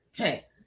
Okay